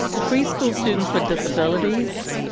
preschool students with disabilities,